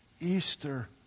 Easter